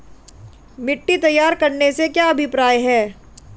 मिट्टी तैयार करने से क्या अभिप्राय है?